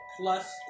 plus